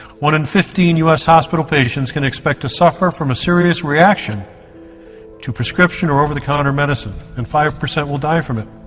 one in fifteen us hospital patients, can expect to suffer form a serious reaction to prescription or over-the-counter medicines and five percent will die from it